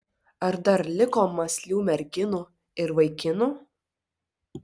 ar dar liko mąslių merginų ir vaikinų